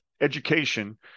education